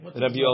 Rabbi